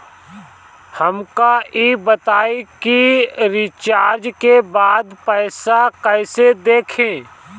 हमका ई बताई कि रिचार्ज के बाद पइसा कईसे देखी?